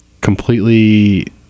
completely